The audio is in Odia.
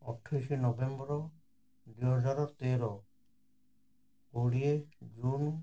ଅଠେଇଶ ନଭେମ୍ବର ଦୁଇ ହଜାର ତେର କୋଡ଼ିଏ ଜୁନ୍